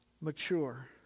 mature